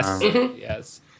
yes